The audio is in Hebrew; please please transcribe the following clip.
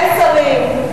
אין שרים,